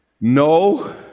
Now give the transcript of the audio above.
no